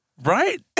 Right